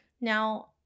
Now